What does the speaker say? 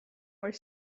were